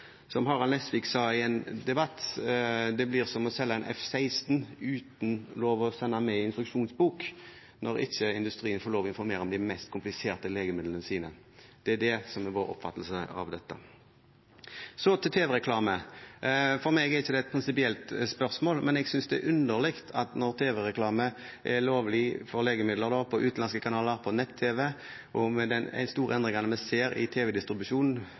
Som Harald T. Nesvik sa i en debatt, blir det som å selge en F-16 uten lov til å sende med instruksjonsbok når ikke industrien får lov til å informere om de mest kompliserte legemidlene sine. Det er det som er vår oppfatning av dette. Så til tv-reklame: For meg er ikke det et prinsipielt spørsmål, men jeg synes det er underlig når tv-reklame for legemidler er lovlig på utenlandske kanaler og på nett-tv, og med de store endringene vi ser i